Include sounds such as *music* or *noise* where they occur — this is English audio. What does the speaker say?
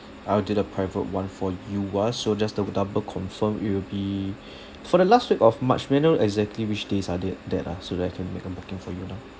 I'll do the private [one] for you ah so just to double confirm it will be *breath* for the last week of march may I know exactly which days are tha~ that ah so that I can make a booking for you now